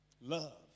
Love